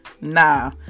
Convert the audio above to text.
nah